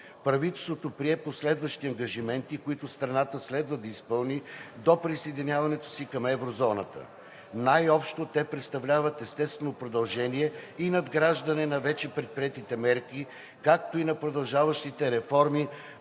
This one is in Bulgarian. Правителството прие последващи ангажименти, които страната следва да изпълни до присъединяването си към еврозоната. Най-общо те представляват естествено продължение и надграждане на вече предприетите мерки, както и на продължаващите реформи